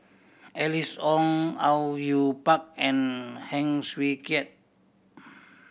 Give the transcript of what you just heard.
Alice Ong Au Yue Pak and Heng Swee Keat